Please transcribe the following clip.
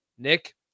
nick